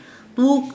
two